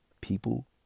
people